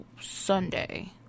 Sunday